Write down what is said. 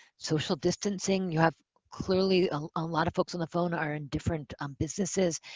social distancing. you have clearly a lot of folks on the phone are in different um businesses.